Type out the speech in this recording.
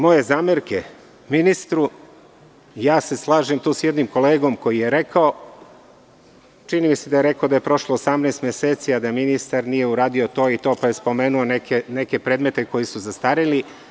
Što se tiče moje zamerke ministru, slažem se tu sa jednim kolegom koji je rekao, čini mi se, da je prošlo 18 meseci, a da ministar nije uradio to i to, pa je spomenuo neke predmete koji su zastareli.